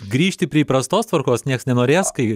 grįžti prie įprastos tvarkos nieks nenorės kai